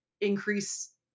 increase